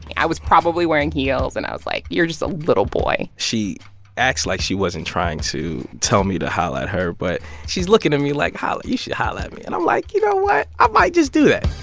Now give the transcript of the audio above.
i was probably wearing heels. and i was like, you're just a little boy she acts like she wasn't trying to tell me to holla at her, but she's looking at me like, holla you should holla at me. and i'm like, you know i ah might just do that